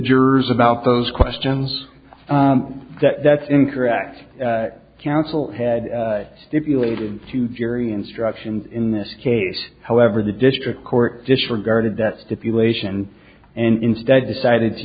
jurors about those questions that that's incorrect counsel had stipulated to jury instruction in this case however the district court disregarded that stipulation and instead decided to